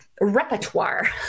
repertoire